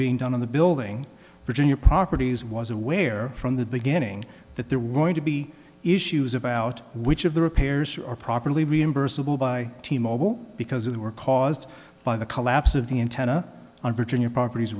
being done on the building virginia properties was aware from the beginning that there were going to be issues about which of the repairs are properly reimbursable by t mobile because they were caused by the collapse of the antenna on virginia properties